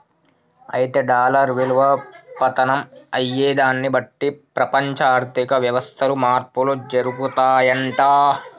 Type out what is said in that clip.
అయితే డాలర్ విలువ పతనం అయ్యేదాన్ని బట్టి ప్రపంచ ఆర్థిక వ్యవస్థలు మార్పులు జరుపుతాయంట